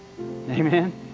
Amen